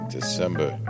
December